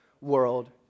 world